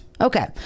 Okay